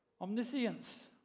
Omniscience